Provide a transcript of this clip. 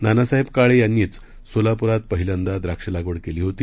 नानासाहेबकाळेयांनीचसोलापुरातपहिल्यांदाद्राक्षलागवडकेलीहोती